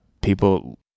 people